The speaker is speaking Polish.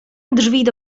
drzwi